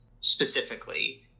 specifically